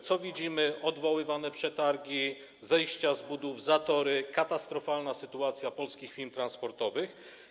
Co widzimy: odwoływane przetargi, zejścia z budów, zatory, katastrofalną sytuację polskich firm transportowych.